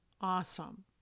awesome